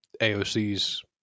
AOC's